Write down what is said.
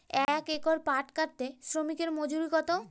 এক একর পাট কাটতে শ্রমিকের মজুরি কত?